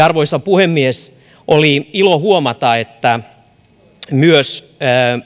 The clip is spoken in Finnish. arvoisa puhemies oli ilo huomata että myös